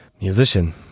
Musician